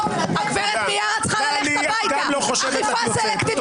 לבוא ולהגיד שזה טוב?